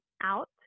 out